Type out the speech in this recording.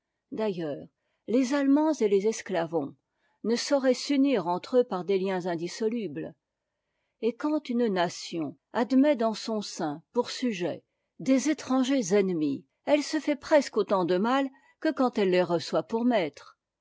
d'ailleurs les allemands et les esclavons ne sauraient s'unir entre eux par des liens indissolubles et quand une nation admet dans son sein pour sujets des étrangers ennemis elle se fait presque autant de mal que quand elle les reçoit pour maîtres